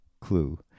clue